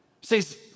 says